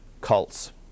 cults